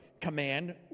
command